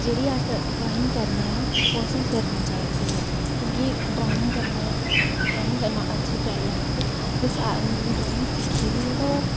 जेह्ड़ी अस ड्राइंग करने आं ओह् असें गी करनी चाहिदी ऐ क्योंकि ड्राइगं करना ड्राइंग अच्छी गल्ल ऐ इक